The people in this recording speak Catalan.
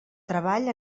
treball